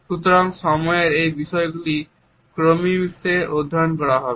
সুতরাং সময়ের এই বিষয়গুলি ক্রোনিমিক্সে অধ্যয়ন করা হবে